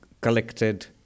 collected